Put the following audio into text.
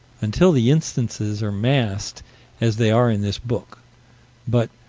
until the instances are massed as they are in this book but,